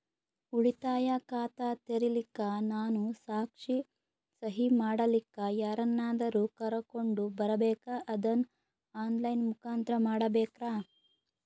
ಉಳಿತಾಯ ಖಾತ ತೆರಿಲಿಕ್ಕಾ ನಾನು ಸಾಕ್ಷಿ, ಸಹಿ ಮಾಡಲಿಕ್ಕ ಯಾರನ್ನಾದರೂ ಕರೋಕೊಂಡ್ ಬರಬೇಕಾ ಅದನ್ನು ಆನ್ ಲೈನ್ ಮುಖಾಂತ್ರ ಮಾಡಬೇಕ್ರಾ?